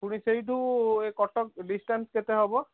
ପୁଣି ସେଇଠୁ ଏ କଟକ ଡିସଷ୍ଟାନ୍ସ କେତେ ହେବ